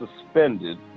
suspended